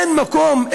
אין מקום,